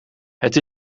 het